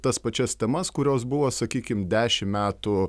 tas pačias temas kurios buvo sakykim dešim metų